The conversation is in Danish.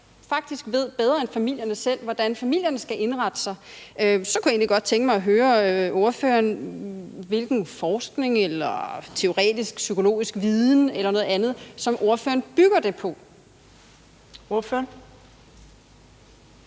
faktisk ved bedre end familierne selv, hvordan familierne skal indrette sig, kunne jeg egentlig godt tænke mig at høre ordføreren om, hvilken forskning eller teoretisk, psykologisk viden eller noget andet, som ordføreren bygger det på. Kl.